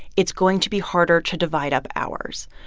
it's going to be harder to divide up hours.